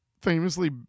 famously